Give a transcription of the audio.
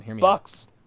Bucks